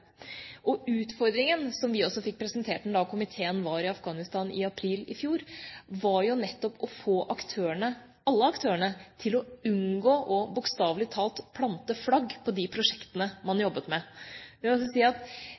Og utfordringen var jo nettopp – som vi også fikk presentert da komiteen var i Afghanistan i april fjor – å få alle aktørene til å unngå bokstavelig talt å plante flagg på de prosjektene man